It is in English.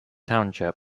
township